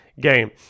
game